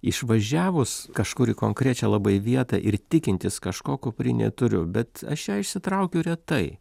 išvažiavus kažkur į konkrečią labai vietą ir tikintis kažko kuprinėj turiu bet aš ją išsitraukiu retai